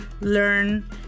learn